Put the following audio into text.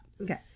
Okay